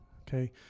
okay